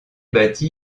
bâti